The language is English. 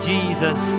Jesus